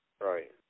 Right